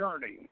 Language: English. journey